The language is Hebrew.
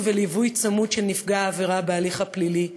ובליווי צמוד של נפגע עבירה בהליך הפלילי,